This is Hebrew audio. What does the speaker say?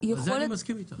על זה אני מסכים איתך.